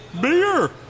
Beer